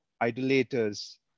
idolaters